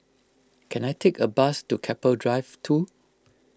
can I take a bus to Keppel Drive two